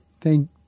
Thank